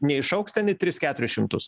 neišaugs ten į tris keturis šimtus